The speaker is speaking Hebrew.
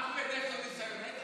לאחמד אין שום ניסיון.